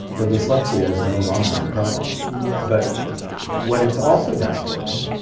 the dyslexia is no longer a problem but what it's also done for me,